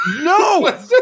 No